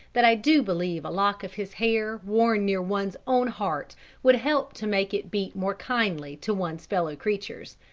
that i do believe a lock of his hair worn near one's own heart would help to make it beat more kindly to one's fellow creatures.